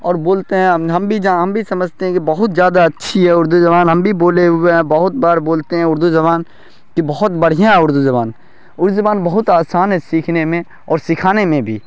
اور بولتے ہیں ہم بھی جہاں ہم بھی سمجھتے ہیں کہ بہت زیادہ اچھی ہے اردو زبان ہم بھی بولے ہوئے ہیں بہت بار بولتے ہیں اردو زبان کہ بہت بڑھیاں ہے اردو زبان اردو زبان بہت آسان ہے سیکھنے میں اور سکھانے میں بھی